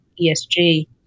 ESG